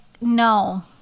no